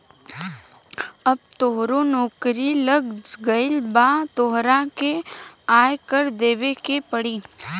अब तोहरो नौकरी लाग गइल अब तोहरो के आय कर देबे के पड़ी